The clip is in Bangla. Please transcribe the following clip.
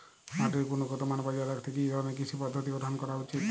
মাটির গুনগতমান বজায় রাখতে কি ধরনের কৃষি পদ্ধতি গ্রহন করা উচিৎ?